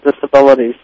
disabilities